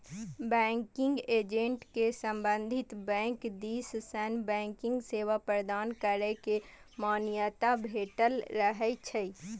banking agent कें संबंधित bank दिस सं बैंकिंग सेवा प्रदान करै के मान्यता भेटल रहै छै